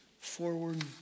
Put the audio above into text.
forward